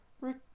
Rick